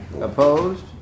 opposed